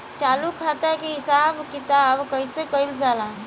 चालू खाता के हिसाब किताब कइसे कइल जाला?